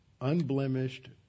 unblemished